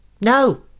No